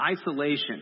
isolation